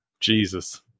jesus